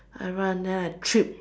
I run then I trip